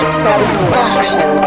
satisfaction